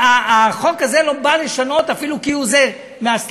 החוק הזה לא בא לשנות אפילו כהוא זה מהסטטוס-קוו.